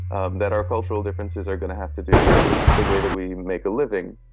um that our cultural differences are going to have to do with the way that we make a living.